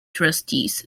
trustees